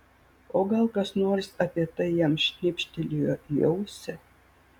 o gal kas nors apie tai jam šnibžtelėjo į ausį